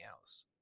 else